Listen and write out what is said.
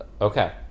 Okay